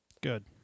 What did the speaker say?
Good